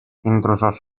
intrusos